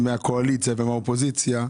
הקואליציה והאופוזיציה.